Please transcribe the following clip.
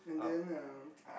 and then uh